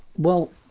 well,